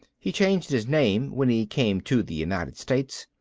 he changed his name when he came to the united states.